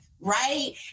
Right